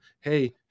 hey